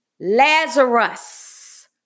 Lazarus